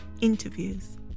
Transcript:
interviews